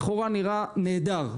לכאורה נראה נהדר.